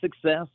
success